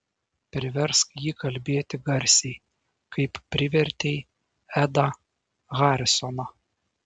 priversk jį kalbėti garsiai kaip privertei edą harisoną